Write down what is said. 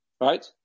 Right